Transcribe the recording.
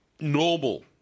Normal